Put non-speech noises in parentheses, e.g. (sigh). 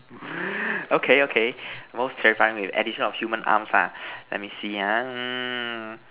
(noise) okay okay most terrifying way with addition of human arms ah let me see ah mm